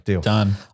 done